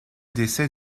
décès